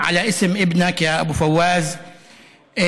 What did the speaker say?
ברצוני לברך לשלום את אבו פוואז ואת פוואז,